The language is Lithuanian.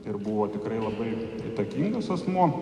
ir buvo tikrai labai įtakingas asmuo